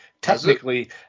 technically